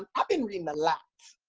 um i've been reading a lot.